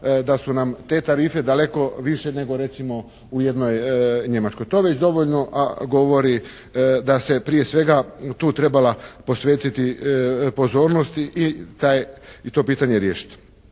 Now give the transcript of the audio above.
da su nam te tarife daleko više nego recimo u jednoj Njemačkoj. To već dovoljno govori da se prije svega tu trebala posvetiti pozornost i to pitanje riješiti.